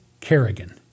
Kerrigan